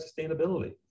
sustainability